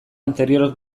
anterior